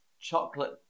chocolate